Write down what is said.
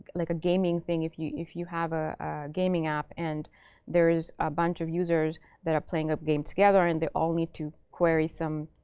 like a gaming thing, if you if you have a gaming app, and there's a bunch of users that are playing a game together, and they all need to query some